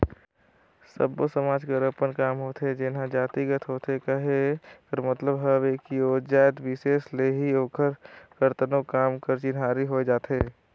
सब्बो समाज कर अपन काम होथे जेनहा जातिगत होथे कहे कर मतलब हवे कि ओ जाएत बिसेस ले ही ओकर करतनो काम कर चिन्हारी होए जाथे